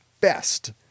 best